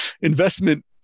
investment